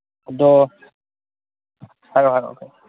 ꯑꯗꯣ ꯍꯥꯏꯔꯛꯑꯣ ꯍꯥꯏꯔꯛꯑꯣ